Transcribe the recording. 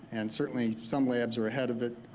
and certainly some ways are ahead of it,